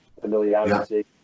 familiarity